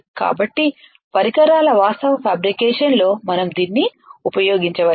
కాబట్టి పరికరాల వాస్తవ ఫ్యాబ్రికేషన్ లో మనం దీన్ని ఉపయోగించవచ్చా